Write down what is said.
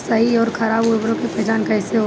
सही अउर खराब उर्बरक के पहचान कैसे होई?